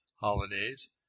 holidays